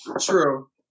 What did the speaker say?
true